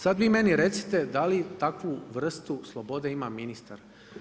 Sad vi meni recite da li takvu vrstu slobode ima ministar?